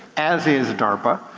as is darpa,